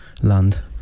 Land